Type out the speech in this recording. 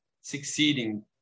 succeeding